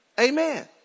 Amen